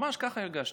ממש כך הרגשתי.